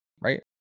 right